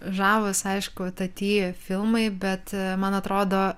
žavūs aišku tie filmai bet man atrodo